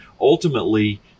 ultimately